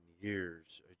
years